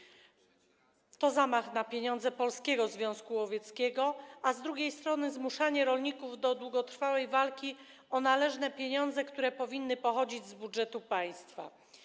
To z jednej strony zamach na pieniądze Polskiego Związku Łowieckiego, a z drugiej strony zmuszanie rolników do długotrwałej walki o należne im pieniądze, które powinny pochodzić z budżetu państwa.